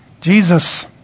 Jesus